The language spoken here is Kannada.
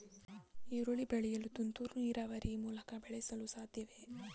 ಈರುಳ್ಳಿ ಬೆಳೆಯನ್ನು ತುಂತುರು ನೀರಾವರಿ ಮೂಲಕ ಬೆಳೆಸಲು ಸಾಧ್ಯವೇ?